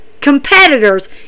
competitors